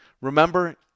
Remember